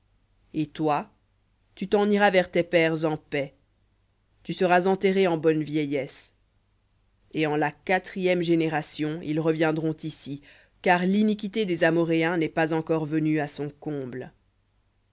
et toi tu t'en iras vers tes pères en paix tu seras enterré en bonne vieillesse et en la quatrième génération ils reviendront ici car l'iniquité des amoréens n'est pas encore venue à son comble